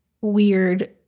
weird